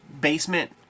basement